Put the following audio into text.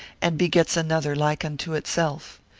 and begets another like unto itself.